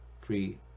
free